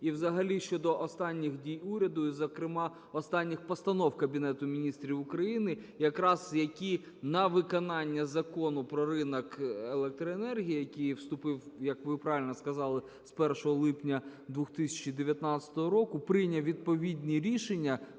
І взагалі щодо останніх дій уряду, і, зокрема, останніх постанов Кабінету Міністрів України якраз, які на виконання Закону про ринок електроенергії, який вступив, як ви правильно сказали, з 1 липня 2019 року, прийняв відповідні рішення